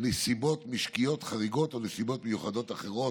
נסיבות משקיות חריגות או נסיבות מיוחדות אחרות,